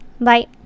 Bye